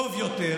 טוב יותר,